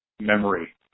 memory